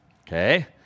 Okay